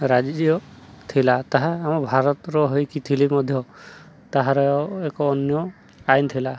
ରାଜ୍ୟ ଥିଲା ତାହା ଆମ ଭାରତର ହେଇକି ଥିଲି ମଧ୍ୟ ତାହାର ଏକ ଅନ୍ୟ ଆଇନ ଥିଲା